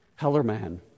Hellerman